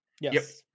Yes